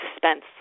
suspense